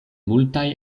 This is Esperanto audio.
multaj